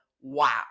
wow